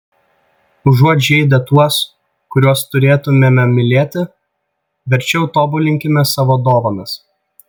užuot žeidę tuos kuriuos turėtumėme mylėti verčiau tobulinkime savo dovanas